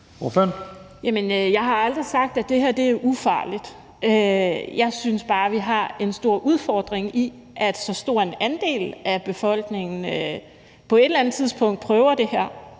jeg har aldrig sagt, at det her er ufarligt. Jeg synes bare, vi har en stor udfordring i, at så stor en andel af befolkningen på et eller andet tidspunkt prøver det her.